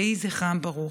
יהי זכרם ברוך.